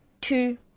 two